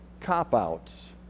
cop-outs